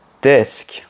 Desk